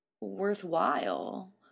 worthwhile